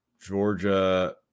Georgia